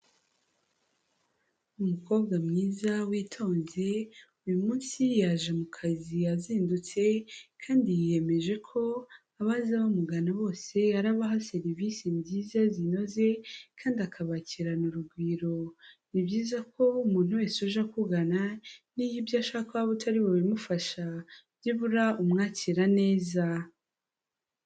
Umukobwa mwiza witonze, uyu munsi yaje mu kazi azindutse kandi yiyemeje ko abaza bamugana bose, arabaha serivisi nziza zinoze kandi akabakirana urugwiro, ni byiza ko umuntu wese uje akugana, niyo ibyo ashaka waba utari bubimufashe, byibura umwakira neza.